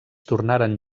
tornaren